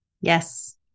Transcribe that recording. Yes